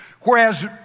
Whereas